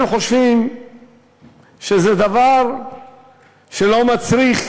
אנחנו חושבים שזה דבר שלא מצריך